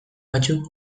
batzuk